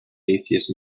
atheist